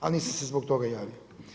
Ali nisam se zbog toga javio.